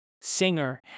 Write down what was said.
singer